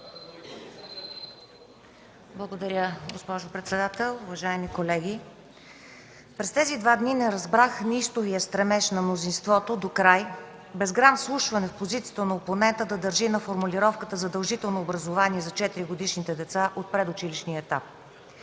Благодаря, госпожо председател. Уважаеми колеги! През тези два дни не разбрах докрай неистовия стремеж на мнозинството, без грам вслушване в позицията на опонента, да държи на формулировката „задължително образование за 4-годишните деца от предучилищния етап”